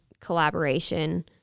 collaboration